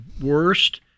worst